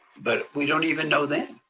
but we don't even know then.